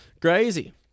Crazy